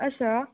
अच्छा